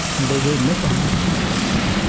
and they will make a lot of mistakes